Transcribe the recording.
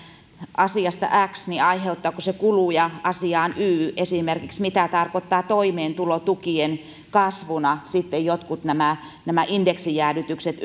asiasta x niin aiheuttaako se kuluja asiaan y esimerkiksi mitä tarkoittaa toimeentulotukien kasvuna jotkut nämä nämä indeksijäädytykset